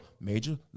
Major